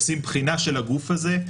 עושים בחינה של הגוף הזה,